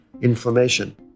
inflammation